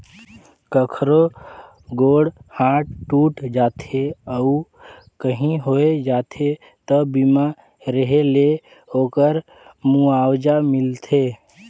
कखरो गोड़ हाथ टूट जाथे अउ काही होय जाथे त बीमा रेहे ले ओखर मुआवजा मिलथे